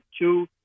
two